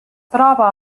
troba